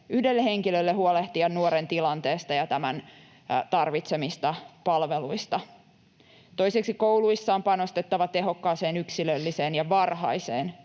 yhdelle henkilölle huolehtia nuoren tilanteesta ja tämän tarvitsemista palveluista. Toiseksi, kouluissa on panostettava tehokkaaseen, yksilölliseen ja varhaiseen